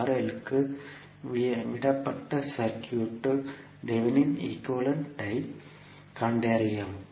க்கு விடப்பட்ட சர்க்யூட்க்கு தெவெனின் ஈக்குவேலன்ட் ஐ கண்டறியவும்